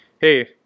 Hey